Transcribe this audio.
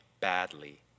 badly